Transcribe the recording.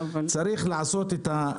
צריך לעשות את ה...